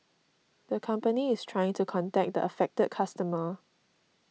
the company is trying to contact the affected customer